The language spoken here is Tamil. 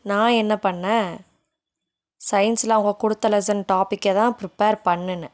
நான் என்ன பண்ணேன் சைன்ஸ்ல அவங்க கொடுத்த லெசன் டாப்பிக்கைதான் ப்ரிப்பேர் பண்ணினேன்